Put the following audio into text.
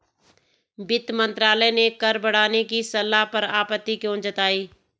वित्त मंत्रालय ने कर बढ़ाने की सलाह पर आपत्ति क्यों जताई?